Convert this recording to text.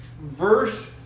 Verse